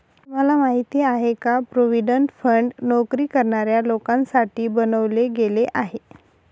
तुम्हाला माहिती आहे का? प्रॉव्हिडंट फंड नोकरी करणाऱ्या लोकांसाठी बनवले गेले आहे